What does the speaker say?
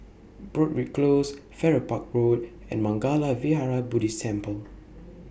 Broadrick Close Farrer Park Road and Mangala Vihara Buddhist Temple